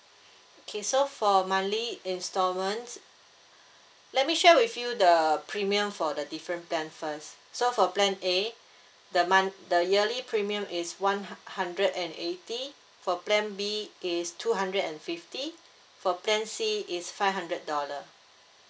okay so for monthly instalments let me share with you the premium for the different plan first so for plan A the month~ the yearly premium is one hu~ hundred and eighty for plan B is two hundred and fifty for plan C is five hundred dollar